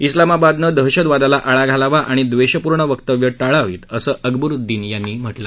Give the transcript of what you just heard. इस्लामाबादने दहशतवादाला आळा घालावा आणि द्वेषपूर्ण वक्तव्यं टाळावीत असं अकबरुद्दीन यावेळी म्हणाले